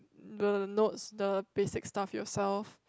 the notes the basic stuff yourself